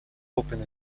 open